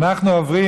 אנחנו עוברים